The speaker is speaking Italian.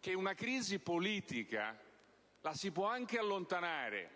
che una crisi politica si può anche allontanare,